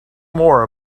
more